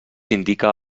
indica